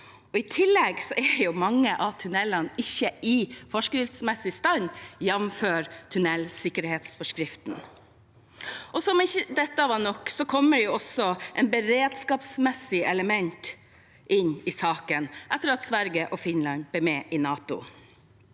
I tillegg er mange av tunnelene ikke i forskriftsmessig stand, jf. tunnelsikkerhetsforskriften. Som om ikke dette er nok, kommer også et beredskapsmessig element inn i saken etter at Finland, og snart Sverige, ble med i NATO.